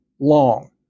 long